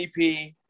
EP